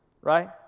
Right